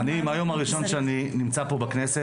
אני מהיום הראשון שאני נמצא פה בכנסת,